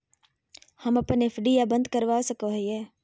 हम अप्पन एफ.डी आ बंद करवा सको हियै